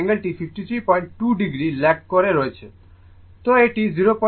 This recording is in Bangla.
সুতরাং এটি 060 এবং P VI cos θ